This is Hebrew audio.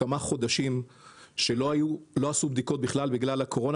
שבמשך כמה חודשים לא עשו בדיקות בכלל בגלל הקורונה